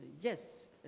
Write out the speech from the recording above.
yes